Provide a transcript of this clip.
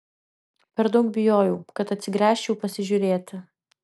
per daug bijojau kad atsigręžčiau pasižiūrėti